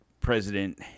president